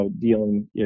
dealing